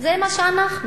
זה מה שאנחנו.